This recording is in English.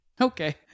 Okay